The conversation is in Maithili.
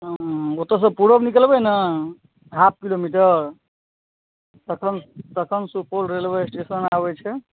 हँ ओतयसँ पुरब निकलबै ने हाफ किलोमीटर तखन सुपौल रेलवे स्टेशन आबै छै